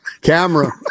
Camera